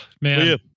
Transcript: man